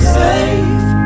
safe